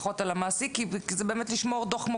פחות על המעסיק כי זה לשמור דוח כמו